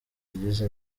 ry’izi